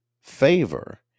favor